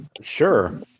sure